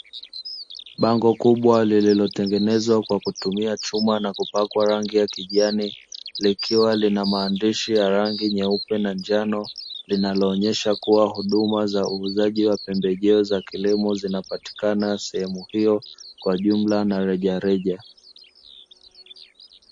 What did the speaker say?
Bango kubwa lililotengenezwa kwa kutumia chuma na kupakwa rangi ya kijani, likiwa lina maandishi ya rangi nyeupe na njano, linaloonyesha kuwa huduma za uuzaji wa pembejeo za kilimo zinapatikana sehemu hiyo, kwa jumla na rejareja.